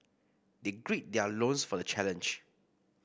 they gird their loins for the challenge